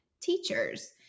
teachers